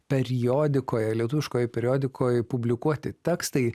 periodikoje lietuviškoje periodikoj publikuoti tekstai